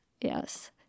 Yes